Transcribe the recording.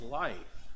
life